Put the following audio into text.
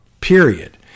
period